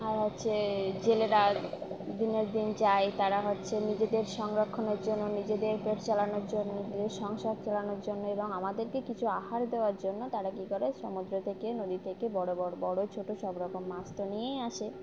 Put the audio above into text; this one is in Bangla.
আর হচ্ছে জেলেরা দিনের দিন যায় তারা হচ্ছে নিজেদের সংরক্ষণের জন্য নিজেদের পেট চালানোর জন্য নিজেদের সংসার চালানোর জন্য এবং আমাদেরকে কিছু আহার দেওয়ার জন্য তারা কী করে সমুদ্র থেকে নদী থেকে বড়ো বড় বড়ো ছোটো সব রকম মাছ তো নিয়েই আসে